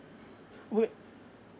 would